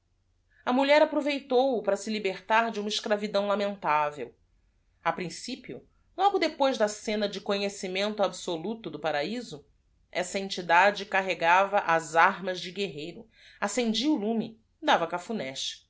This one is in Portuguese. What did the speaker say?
desespeíado mulher aproveitou o para se libertar de uma e cravidão lamentável principio logo depois da scena de conhecimento absoluto do araiso essa entidade carregava as armas de guerreiro accendia o lume dava cafunés